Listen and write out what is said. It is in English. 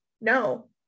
no